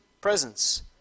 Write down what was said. presence